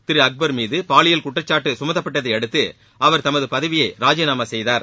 திரு அக்பர் மீது பாலியல் குற்றக்சாட்டு கமத்தப்பட்டதை அடுத்து அவர் தமது பதவியை ராஜினாமா செய்தார்